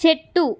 చెట్టు